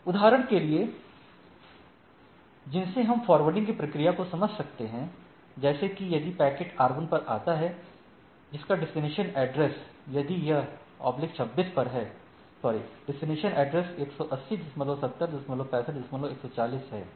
कुछ उदाहरण जिनसे हम फॉरवार्डिंग की प्रक्रिया को समझ सकते हैं जैसे कि यदि पैकेट R1 पर आता है जिसका डेस्टिनेशन एड्रेस 1807065140 है